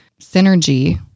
synergy